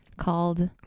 Called